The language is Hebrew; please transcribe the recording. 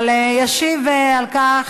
אבל ישיב על כך